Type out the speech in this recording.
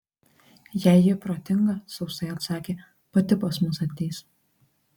jei ji protinga sausai atsakė pati pas mus ateis